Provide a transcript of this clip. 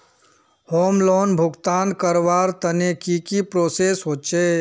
Home loan भुगतान करवार तने की की प्रोसेस होचे?